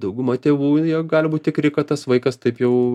dauguma tėvų jie gal būt tikri kad tas vaikas taip jau